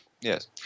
yes